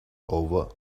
over